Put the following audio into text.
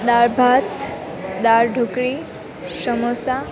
દાળભાત દાળઢોકળી સમોસા